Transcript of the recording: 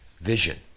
vision